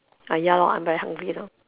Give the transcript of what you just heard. ah ya lor I'm very hungry now